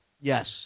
Yes